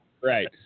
Right